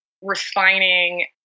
refining